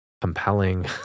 compelling